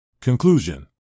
Conclusion